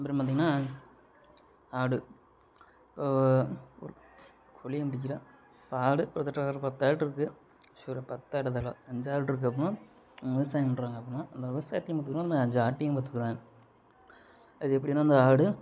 அப்புறம் பார்த்திங்கனா ஆடு கோழியை பிடிக்கிற இப்போ ஆடு ஒருத்தர்கிட்ட ஒரு பத்து ஆடு இருக்குது ஒரு பத் ஆடு வேணாம் அஞ்சாடு இருக்குது அப்புடின்னா விவசாயம் பண்றாங்க அப்புடின்னா அந்த விவசாயத்தையும் பார்த்துக்குறாங்க அந்த அஞ்சு ஆட்டையும் பார்த்துக்குறாங்க அது எப்படின்னா அந்த ஆடு